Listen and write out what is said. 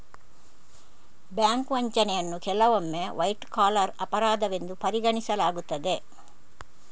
bank ವಂಚನೆಯನ್ನು ಕೆಲವೊಮ್ಮೆ white collar ಅಪರಾಧವೆಂದು ಪರಿಗಣಿಸಲಾಗುತ್ತದೆ